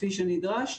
כפי שנדרש,